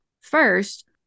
First